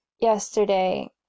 yesterday